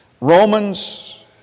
Romans